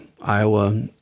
Iowa